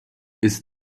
ist